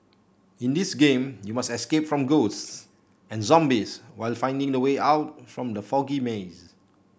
in this game you must escape from ghosts and zombies while finding the way out from the foggy maze